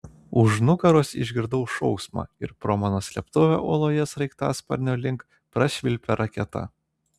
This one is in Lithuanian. už nugaros išgirdau šauksmą ir pro mano slėptuvę uoloje sraigtasparnio link prašvilpė raketa